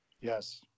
Yes